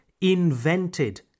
invented